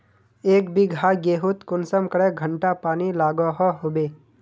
एक बिगहा गेँहूत कुंसम करे घंटा पानी लागोहो होबे?